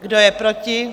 Kdo je proti?